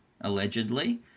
allegedly